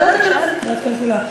לוועדת הכלכלה?